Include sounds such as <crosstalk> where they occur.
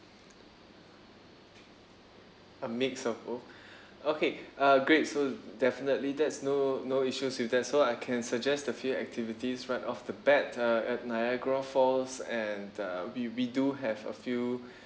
a mix of both <breath> okay uh great so definitely that's no no issues with that so I can suggest a few activities right off the bat uh at niagara falls and uh we we do have a few <breath>